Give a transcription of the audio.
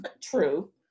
True